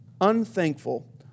unthankful